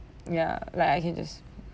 ya like I can just